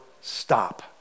stop